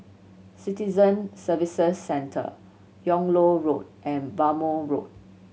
Citizen Services Centre Yung Loh Road and Bhamo Road